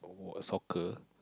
soccer